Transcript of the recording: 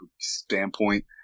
standpoint